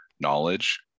knowledge